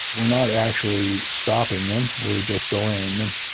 we're not actually stopping them. we're just delaying them.